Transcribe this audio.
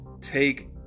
Take